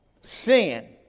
Sin